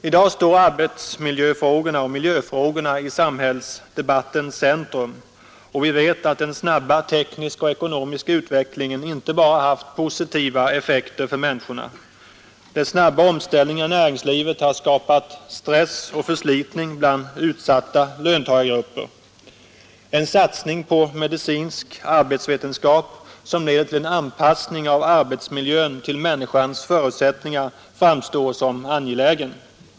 I dag står arbetsoch miljöfrågorna i samhällsdebattens centrum. Vi vet att den snabba tekniska och ekonomiska utvecklingen inte bara har haft positiva effekter för människorna. De snabba omställningarna i näringslivet har skapat stress och förslitning bland utsatta löntagargrupper. En satsning på medicinsk arbetsvetenskap, som leder till en anpassning av arbetsmiljön till människans förutsättningar, framstår som angelägen.